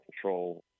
control